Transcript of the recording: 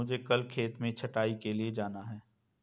मुझे कल खेत में छटाई के लिए जाना है